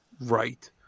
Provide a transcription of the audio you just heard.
right